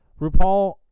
RuPaul